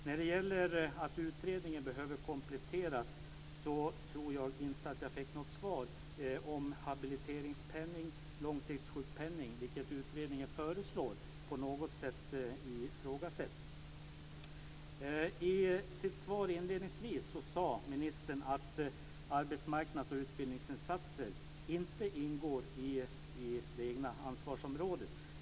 När det gäller att utredningen behöver kompletteras tror jag inte att jag fick något svar om habiliteringspenning och långtidssjukpenning, vilket utredningen föreslår, på något sätt ifrågasätts. I sitt svar sade ministern inledningsvis att arbetsmarknads och utbildningsinsatser inte ingår i det egna ansvarsområdet.